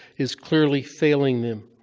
is clearly failing them.